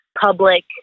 public